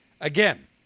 Again